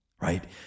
right